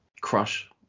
crush